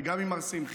וגם עם מר שמחי,